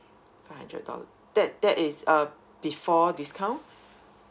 five hundred dollar that that is uh before discount